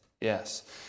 yes